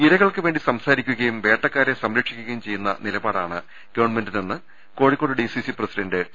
ഇരകൾക്കുവേണ്ടി സംസാരിക്കുകയും വേട്ടക്കാരെ സംരക്ഷിക്കു കയും ചെയ്യുന്ന നിലപാടാണ് ഗവൺമെന്റിനെന്ന് കോഴിക്കോട് ഡിസി പ്രസിഡന്റ് ടി